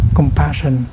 compassion